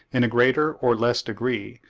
in a greater or less degree,